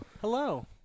Hello